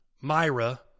Myra